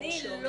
שהוא לא